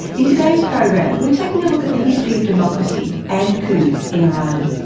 in today's program we're taking a look at the history of democracy and coups in iran.